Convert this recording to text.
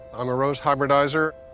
i'm a rose hybridizer.